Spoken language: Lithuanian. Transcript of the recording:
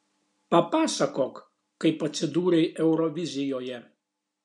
papasakok kaip atsidūrei eurovizijoje